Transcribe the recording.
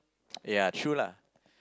ya true lah